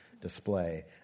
display